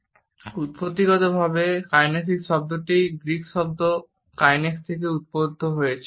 ব্যুৎপত্তিগতভাবে kinesics শব্দটি একটি Greek শব্দ কাইনস থেকে উদ্ভূত হয়েছে